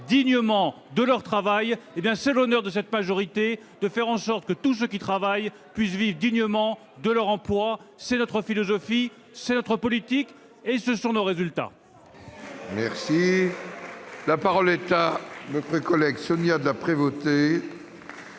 dignement de leur travail. Eh bien, c'est l'honneur de cette majorité que de permettre à tous ceux qui travaillent de vivre dignement de leur emploi ! C'est notre philosophie, c'est notre politique et ce sont nos résultats